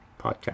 podcast